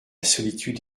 solitude